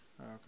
okay